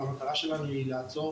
והמטרה שלנו לעזור